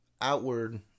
outward